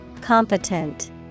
Competent